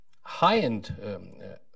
high-end